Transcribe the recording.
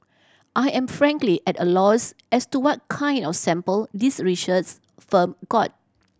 I am frankly at a loss as to what kind of sample this research firm got